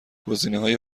گزینههای